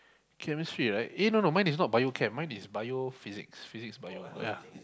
chemistry right eh no no mine is not Bio Chem mine is physics physics bio yeah